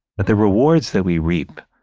that the rewards that we reap,